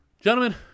Gentlemen